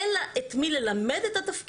אין לה את מי ללמד את התפקיד.